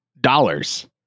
dollars